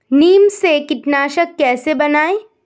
नीम से कीटनाशक कैसे बनाएं?